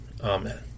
Amen